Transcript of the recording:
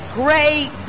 great